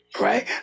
Right